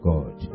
God